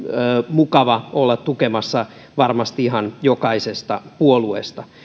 mukava olla tukemassa varmasti ihan jokaisesta puolueesta